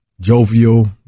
jovial